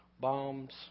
bombs